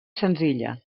senzilla